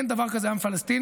אין דבר כזה עם פלסטיני,